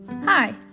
Hi